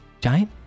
giant